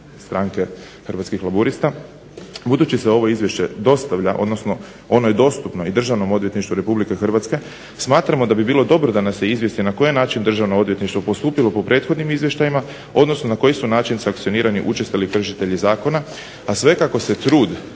Hrvatskih laburista, budući se ovo izvješće dostavlja, odnosno ono je dostupno i Državnom odvjetništvu RH smatramo da bi bilo dobro da nas se izvijesti na koji način Državno odvjetništvo je postupilo po prethodnim izvještajima, odnosno na koji su način sankcionirani učestali kršitelji zakona, a sve kako se trud,